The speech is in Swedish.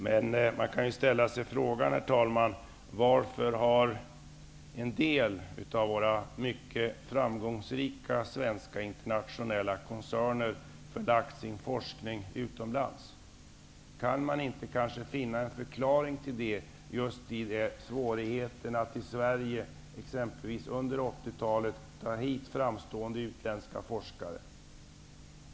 Men man kan ju ställa sig frågan, herr talman: Var för har en del av våra mycket framgångsrika svenska internationella koncerner förlagt sin forskning utomlands? Kan man kanske finna en förklaring just i svårigheterna att i Sverige, exempelvis under 1980-talet, få hit framstående utländska forskare?